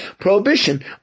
prohibition